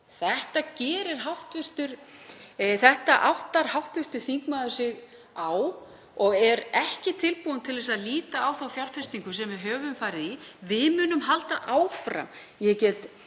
Áttar hv. þingmaður sig á því en er ekki tilbúinn til að líta á þá fjárfestingu sem við höfum farið í? Við munum halda áfram.